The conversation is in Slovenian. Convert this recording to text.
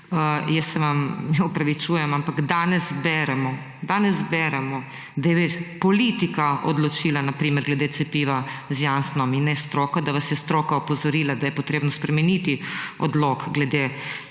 da se opravičujem, ampak danes beremo, da je politika odločila na primer glede cepiva Janssen in ne stroka, da vas je stroka opozorila, da je potrebno spremeniti odlok glede